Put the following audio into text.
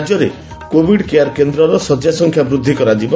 ରାଜ୍ୟରେ COVID care କେନ୍ଦ୍ରର ଶଯ୍ୟା ସଂଖ୍ୟା ବୃଦ୍ଧି କରାଯିବ